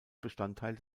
bestandteil